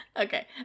okay